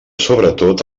sobretot